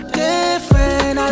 different